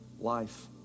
life